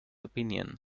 opinion